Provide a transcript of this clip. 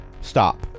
Stop